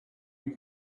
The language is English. you